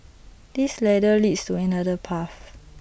this ladder leads to another path